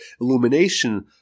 illumination